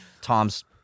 Tom's